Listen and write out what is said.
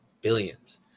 billions